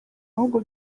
ahubwo